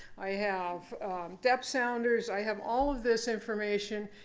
i have depth sounders. i have all of this information.